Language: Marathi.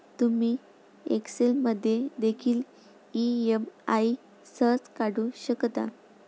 तुम्ही एक्सेल मध्ये देखील ई.एम.आई सहज काढू शकता